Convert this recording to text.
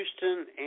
Houston